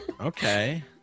okay